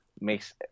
makes